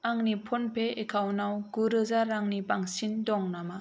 आंनि फ'नपे एकाउन्टाव गुरोजा रांनि बांसिन दं नामा